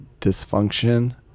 dysfunction